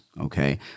Okay